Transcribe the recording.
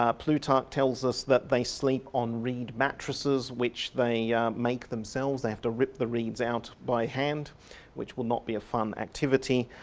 um plutarc tells us that they sleep on reed mattresses which they yeah make themselves, they have to rip the reeds out by hand which will not be a fun activity.